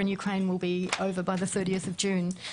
שהמלחמה באוקראינה תיגמר עד ה-30 ליוני.